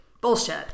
Bullshit